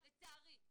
לצערי.